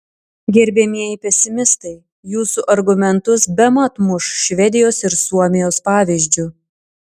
gerbiamieji pesimistai jūsų argumentus bemat muš švedijos ir suomijos pavyzdžiu